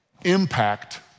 impact